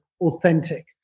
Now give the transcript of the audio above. authentic